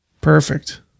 Perfect